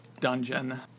dungeon